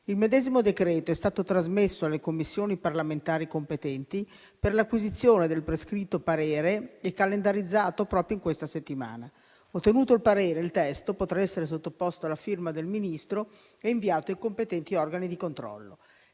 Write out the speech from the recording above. Il medesimo decreto è stato trasmesso alle Commissioni parlamentari competenti per l'acquisizione del prescritto parere, calendarizzato proprio in questa settimana. Ottenuto il parere, il testo potrà essere sottoposto alla firma del Ministro e inviato ai competenti organi di controllo.